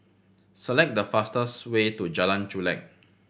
select the fastest way to Jalan Chulek